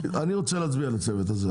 אני רוצה להצביע לצוות הזה.